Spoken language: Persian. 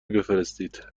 بفرستید